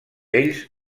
ells